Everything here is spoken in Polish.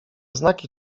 znaki